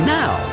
now